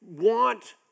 want